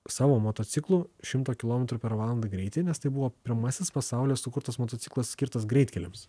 savo motociklu šimto kilometrų per valandą greitį nes tai buvo pirmasis pasaulyje sukurtas motociklas skirtas greitkeliams